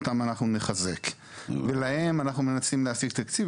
אותם אנחנו נחזק ולהם אנחנו מנסים להשיג תקציב.